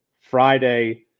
Friday